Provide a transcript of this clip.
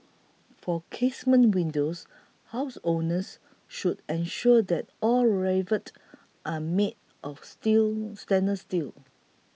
for casement windows homeowners should ensure that all rivets are made of steel stainless steel